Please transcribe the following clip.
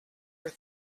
were